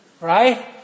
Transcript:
Right